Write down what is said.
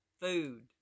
food